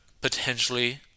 potentially